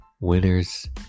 Winners